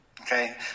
Okay